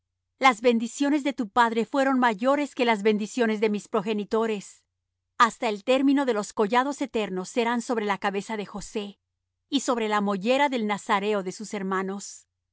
las bendiciones de tu padre fueron mayores que las bendiciones de mis progenitores hasta el término de los collados eternos serán sobre la cabeza de josé y sobre la mollera del nazareo de sus hermanos